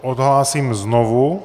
Odhlásím znovu.